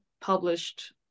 published